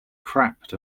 cracked